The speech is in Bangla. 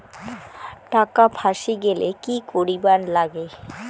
টাকা ফাঁসি গেলে কি করিবার লাগে?